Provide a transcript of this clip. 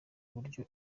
buryo